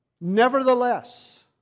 nevertheless